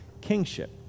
kingship